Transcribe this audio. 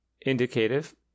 indicative